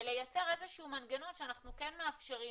ולייצר איזה שהוא מנגנון שאנחנו כן מאפשרים